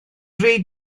dri